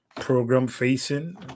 program-facing